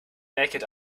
naked